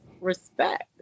respect